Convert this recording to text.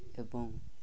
ଏବଂ